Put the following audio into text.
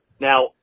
Now